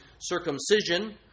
circumcision